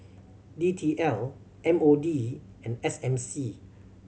D T L M O D and S M C